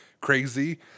crazy